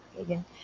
Again